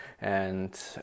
And-